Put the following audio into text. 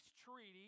treaty